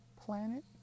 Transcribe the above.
planet